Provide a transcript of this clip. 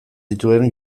dituen